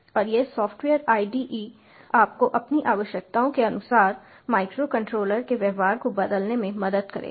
और यह software IDE आपको अपनी आवश्यकताओं के अनुसार माइक्रोकंट्रोलर के व्यवहार को बदलने में मदद करेगा